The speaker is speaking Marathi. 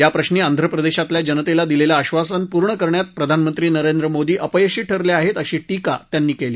याप्रश्री आंध्रप्रदेशातल्या जनतेला दिलेलं आश्वासन पूर्ण करण्यात प्रधानमंत्री नरेंद्र मोदी अपयशी ठरले आहेत अशी टीका त्यांनी केली